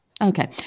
Okay